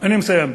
אני מסיים.